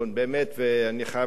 אני חייב להגיד לך,